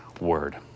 word